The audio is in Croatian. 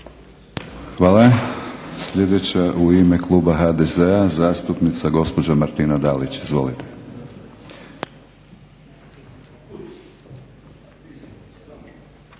Hvala. Sljedeća u ime kluba HDZ-a, zastupnica gospođa Martina Dalić. Izvolite.